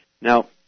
Now